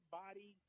body